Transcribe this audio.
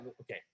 Okay